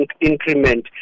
increment